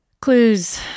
Clues